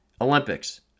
Olympics